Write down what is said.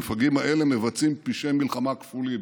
המפגעים האלה מבצעים פשעי מלחמה כפולים: